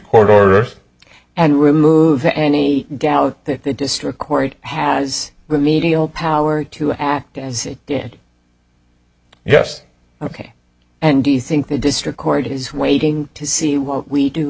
court order and remove any doubt that the district court has remedial power to act as he did yes ok and do you think the district court is waiting to see what we do